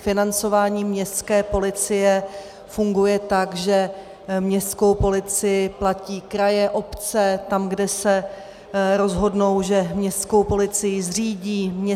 Financování městské policie funguje tak, že městskou policii platí kraje, obce, tam, kde se rozhodnou, že městskou policii zřídí.